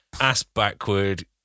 ass-backward